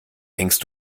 denkst